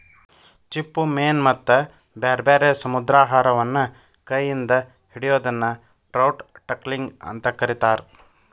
ಚಿಪ್ಪುಮೇನ ಮತ್ತ ಬ್ಯಾರ್ಬ್ಯಾರೇ ಸಮುದ್ರಾಹಾರವನ್ನ ಕೈ ಇಂದ ಹಿಡಿಯೋದನ್ನ ಟ್ರೌಟ್ ಟಕ್ಲಿಂಗ್ ಅಂತ ಕರೇತಾರ